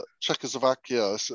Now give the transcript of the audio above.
Czechoslovakia